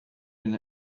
been